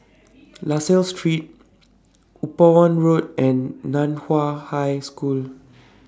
La Salle Street Upavon Road and NAN Hua High School